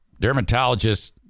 dermatologists